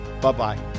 Bye-bye